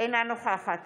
אינה נוכחת